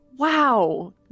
Wow